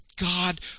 God